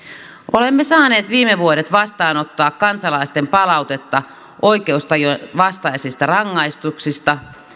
olemme saaneet viime vuodet vastaanottaa kansalaisten palautetta oikeustajun vastaisista rangaistuksista